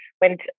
went